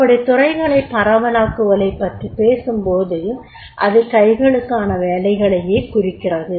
அப்படித் துறைகளைப் பரவலாக்குதலைப்பற்றிப் பேசும்போது அது கைகளுக்கான வேலைகளையே குறிக்கிறது